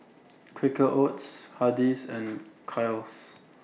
Quaker Oats Hardy's and Kiehl's